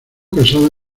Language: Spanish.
casada